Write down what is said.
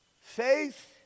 Faith